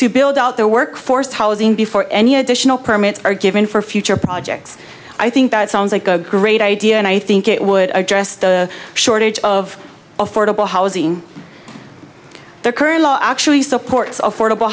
to build out their workforce housing before any additional permits are given for future projects i think that sounds like a great idea and i think it would address the shortage of affordable housing their current law actually supports affordable